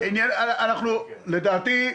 לדעתי,